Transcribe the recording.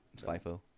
FIFO